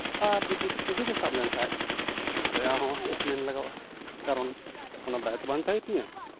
ᱡᱩᱫᱤ ᱛᱤᱡᱩ ᱠᱚ ᱥᱟᱵ ᱞᱮᱱᱠᱷᱟᱱ ᱚᱱᱟ ᱨᱮᱭᱟᱜ ᱦᱚᱸ ᱴᱤᱢᱮᱱᱴ ᱞᱟᱜᱟᱣᱼᱟ ᱠᱟᱨᱚᱱ ᱚᱱᱟ ᱫᱟᱨᱮ ᱛᱚ ᱵᱟᱧᱪᱟᱣ ᱦᱩᱭᱩᱜ ᱛᱤᱧᱟᱹ